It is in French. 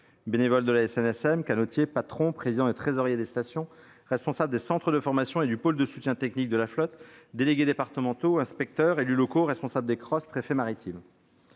bénévoles de la SNSM, canotiers, patrons, présidents et trésoriers des stations, responsables des centres de formation et du pôle de soutien technique de la flotte, délégués départementaux, inspecteurs, élus locaux, responsables des centres régionaux